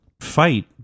fight